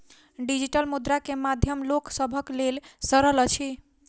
digital मुद्रा के माध्यम लोक सभक लेल सरल अछि